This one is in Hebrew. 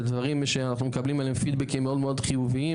אלו דברים שאנחנו מקבלים עליהם פידבקים מאוד מאוד חיוביים